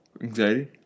Anxiety